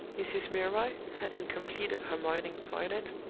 mrs. milroy, having completed her morning toilet,